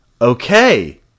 Okay